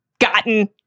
gotten